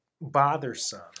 bothersome